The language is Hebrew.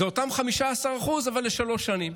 ואלה אותם 15%, אבל לשלוש שנים.